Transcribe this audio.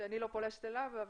שאני לא פולשת אליו,